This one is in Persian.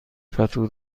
پتو